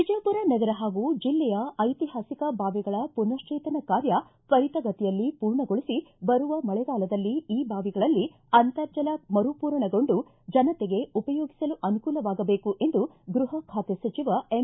ವಿಜಯಪುರ ನಗರ ಹಾಗೂ ಜಿಲ್ಲೆಯ ಐತಿಹಾಸಿಕ ಬಾವಿಗಳ ಪುನಸ್ನೇತನ ಕಾರ್ಯ ತ್ವರಿತ ಗತಿಯಲ್ಲಿ ಪೂರ್ಣಗೊಳಿಸಿ ಬರುವ ಮಳೆಗಾಲದಲ್ಲಿ ಈ ಬಾವಿಗಳಲ್ಲಿ ಅಂತರ್ಜಲ ಮರುಪೂರಣಗೊಂಡು ಜನತೆಗೆ ಉಪಯೋಗಿಸಲು ಅನುಕೂಲವಾಗಬೇಕು ಎಂದು ಗ್ಲಹ ಖಾತೆ ಸಚಿವ ಎಂ